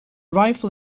rifle